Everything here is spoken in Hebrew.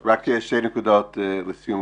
רק שתי נקודות לסיום.